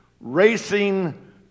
racing